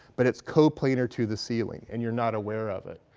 but it's coplanar to the ceiling and you're not aware of it.